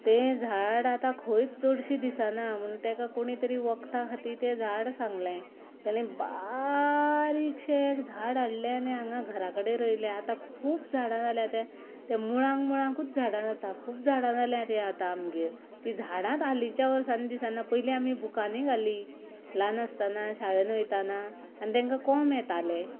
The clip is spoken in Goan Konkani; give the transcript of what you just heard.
तें झाड आतां खंयच चडशीं दिसना म्हणून तेका कोणें तरी वखदा खातीर तें झाड सांगलें जाल्यार बारीकशें एक झाड हाडलें आनी हांगा घरा कडेन रोयलें आनी आतां खूब झाडां जाल्यां त्या त्या मुळां मुळांकूच झाडां जाता खूब झाडां जाल्यां तीं आतां आमगेर तीं झाडांच हालींच्या वर्सांनी दिसना पयलीं आमी बुकांनी घाली ल्हान आसतना शाळेंत वयताना आनी तेंकां कोंब येताले